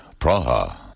Praha